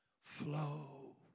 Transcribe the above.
Flow